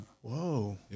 Whoa